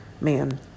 man